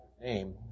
Name